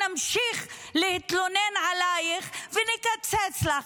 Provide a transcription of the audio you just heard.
נמשיך להתלונן עלייך ונקצץ לך.